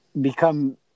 become